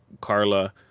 Carla